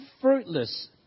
fruitless